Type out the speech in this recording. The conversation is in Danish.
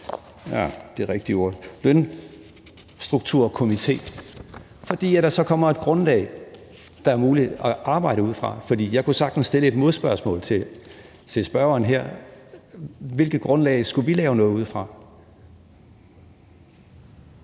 hvad det hedder, Lønstrukturkomité, fordi der så kommer et grundlag, det er muligt at arbejde ud fra. For jeg kunne sagtens stille et modspørgsmål til spørgeren her: Hvilket grundlag skulle vi lave noget ud fra?